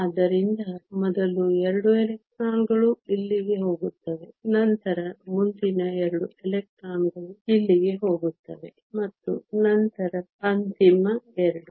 ಆದ್ದರಿಂದ ಮೊದಲು 2 ಎಲೆಕ್ಟ್ರಾನ್ಗಳು ಇಲ್ಲಿಗೆ ಹೋಗುತ್ತವೆ ನಂತರ ಮುಂದಿನ 2 ಎಲೆಕ್ಟ್ರಾನ್ಗಳು ಇಲ್ಲಿಗೆ ಹೋಗುತ್ತವೆ ಮತ್ತು ನಂತರ ಅಂತಿಮ 2